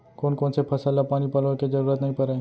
कोन कोन से फसल ला पानी पलोय के जरूरत नई परय?